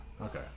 Okay